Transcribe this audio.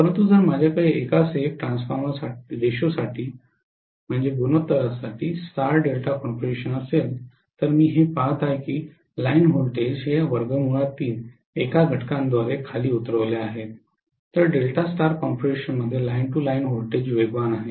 परंतु जर माझ्याकडे 1 1 ट्रान्सफॉर्मेशन रेशोसाठी स्टार डेल्टा कॉन्फिगरेशन असेल तर मी हे पहात आहे की लाइन व्होल्टेजेस एका घटकाद्वारे खाली उतरल्या आहेत तर डेल्टा स्टार कॉन्फिगरेशनमध्ये लाइन टू लाइन व्होल्टेज वेगवान आहेत